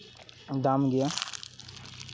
ᱫᱟᱢ ᱜᱮᱭᱟ ᱟᱨ